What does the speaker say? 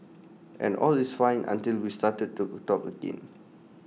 and all is fine until we start to talk again